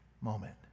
moment